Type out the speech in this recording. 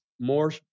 more